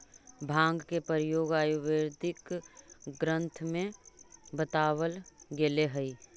भाँग के प्रयोग आयुर्वेदिक ग्रन्थ में बतावल गेलेऽ हई